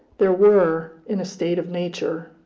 there were, in a state of nature,